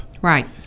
Right